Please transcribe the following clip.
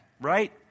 right